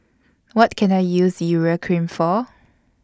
What Can I use Urea Cream For